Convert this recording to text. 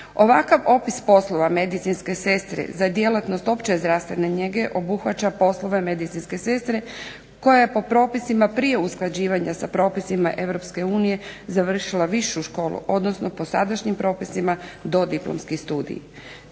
Ovakav opis poslova medicinske sestre za djelatnost opće zdravstvene njege obuhvaća poslove medicinske sestre koja po propisima prije usklađivanja sa propisima Europske unije završila višu školu, odnosno po sadašnjim propisima dodiplomski studij.